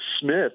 Smith